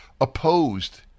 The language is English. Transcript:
opposed